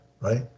right